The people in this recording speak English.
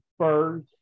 Spurs